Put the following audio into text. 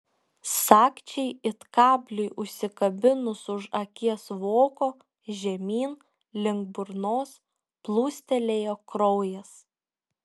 sagčiai it kabliui užsikabinus už akies voko žemyn link burnos plūstelėjo kraujas